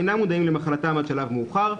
אינם מודעים למחלתם עד שלב מאוחר.